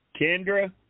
Kendra